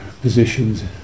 positions